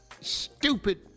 Stupid